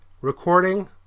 Recording